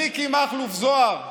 מיקי מכלוף זוהר,